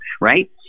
right